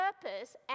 purpose